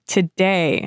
Today